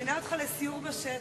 חברי חברי הכנסת,